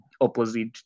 opposite